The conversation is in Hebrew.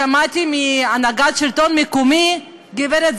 שמעתי מהנהגת השלטון המקומי: גברת,